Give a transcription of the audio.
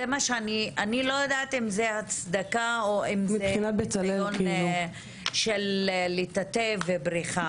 אני לא יודעת אם זה הצדקה או ניסיון לטאטא ולברוח.